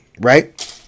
right